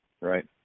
Right